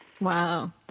Wow